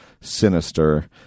sinister